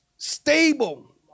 stable